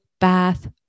bath